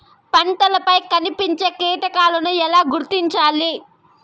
పంటలపై కనిపించే కీటకాలు ఎలా గుర్తించాలి?